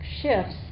shifts